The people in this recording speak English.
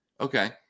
Okay